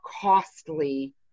costly